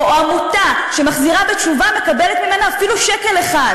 או עמותה שמחזירה בתשובה מקבלת ממנה אפילו שקל אחד?